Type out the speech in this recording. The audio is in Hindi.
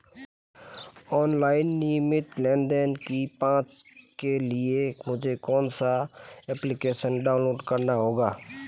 ऑनलाइन नियमित लेनदेन की जांच के लिए मुझे कौनसा एप्लिकेशन डाउनलोड करना होगा?